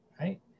right